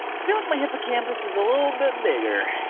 feel like my hippocampus is a little bit bigger.